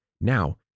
Now